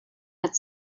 had